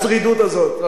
לא לא, אני אכפר על זה.